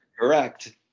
correct